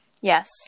Yes